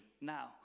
now